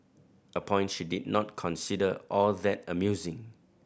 a point she did not consider all that amusing